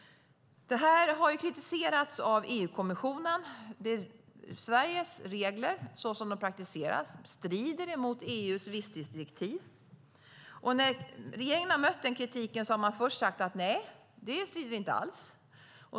Det här har kritiserats av EU-kommissionen. Sveriges regler så som de praktiseras strider mot EU:s visstidsdirektiv. När regeringen har bemött den kritiken har man först sagt att de inte strider mot det alls.